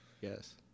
Yes